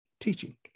teaching